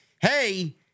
hey